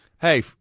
Hey